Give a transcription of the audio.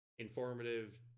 Informative